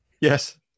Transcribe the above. Yes